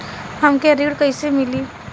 हमके ऋण कईसे मिली?